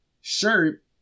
shirt